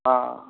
हाँ